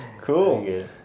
cool